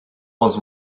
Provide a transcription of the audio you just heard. was